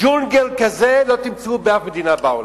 ג'ונגל כזה לא תמצאו באף מדינה בעולם.